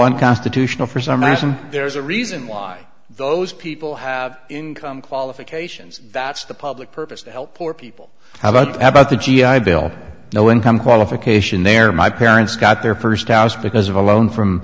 unconstitutional for some reason there's a reason why those people have income qualifications that's the public purpose to help poor people how about how about the g i bill no income qualification there my parents got their first house because of a loan from